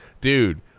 Dude